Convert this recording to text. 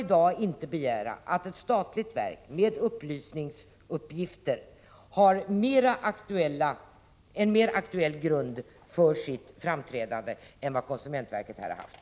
Kan man inte i dag begära att ett statligt verk med upplysningsuppgifter har en mer aktuell grund för sitt framträdande än vad konsumentverket här har haft?